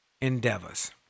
endeavors